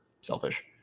selfish